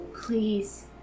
Please